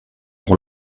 pour